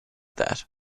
that